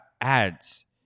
ads